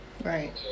Right